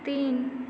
तीन